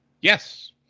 Yes